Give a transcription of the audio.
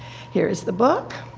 here is the book.